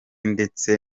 ndetse